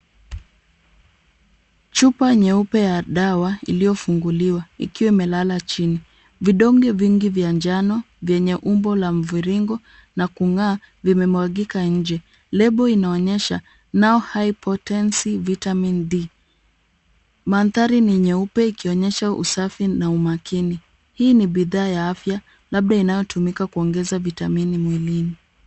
Chupa nyeupe ya dawa iliyofunguliwa, ikiwa imelala chini. Vidonge vingi vya njano vyenye umbo la mviringo na kung'aa, vimemwagika nje. Lebo inaonesha Now High Potensive Vitamin A. Mandhari ni meupe kuonyesha usafi na umakini. Hii ni bidhaa ya afya labda inatumika kuongeza vitamini mwilini.